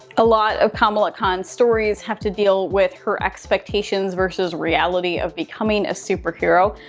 a lot of kamala khan's stories have to deal with her expectations versus reality of becoming a superhero,